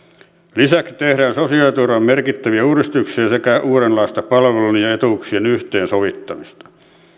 lisäksi tehdään sosiaaliturvaan merkittäviä uudistuksia sekä uudenlaista palveluiden ja etuuksien yhteensovittamista